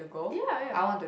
ya ya